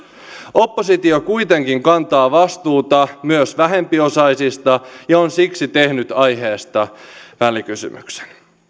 oppositio kuitenkin kantaa vastuuta myös vähempiosaisista ja on siksi tehnyt aiheesta välikysymyksen